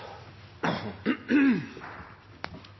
det har